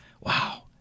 wow